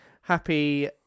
Happy